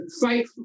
fight